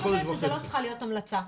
אני חושבת שזאת לא צריכה להיות המלצה,